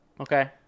Okay